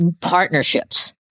partnerships